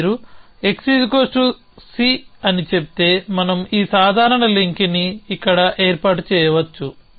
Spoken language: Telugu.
మీరు xC అని చెబితే మనం ఈ సాధారణ లింక్ని ఇక్కడ ఏర్పాటు చేయవచ్చు